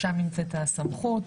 שם נמצאת הסמכות.